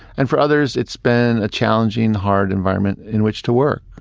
and for others, it's been a challenging, hard environment in which to work.